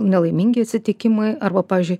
nelaimingi atsitikimai arba pavyzdžiui